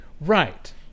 Right